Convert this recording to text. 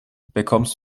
bekommst